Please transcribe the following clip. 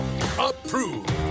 Approved